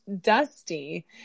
dusty